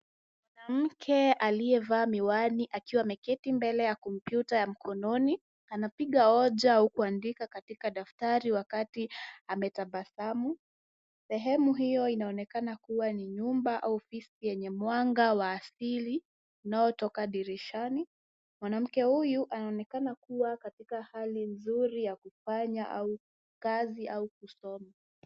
Mwanamke aliyevaa miwani akiwa ameketi mbele ya kompyuta ya mkononi, anapiga hoja au kuandika katika daftari wakati ametabasamu. Sehemu hiyo inaonekana kuwa ni nyumba au ofisi yenye mwanga wa asili unaotoka dirishani. Mwanamke huyu anaonekana kuwa katika hali nzuri ya kufanya kazi au kusoma.